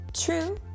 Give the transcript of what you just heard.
True